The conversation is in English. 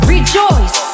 Rejoice